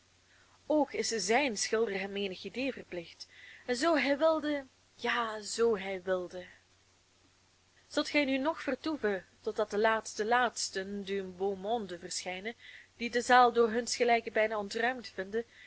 ook is zijn schilder hem menig idee verplicht en zoo hij wilde ja zoo hij wilde zult gij nu nog vertoeven totdat de laatste laatsten du beau monde verschijnen die de zaal door huns gelijken bijna ontruimd vinden